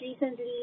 recently